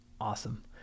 Awesome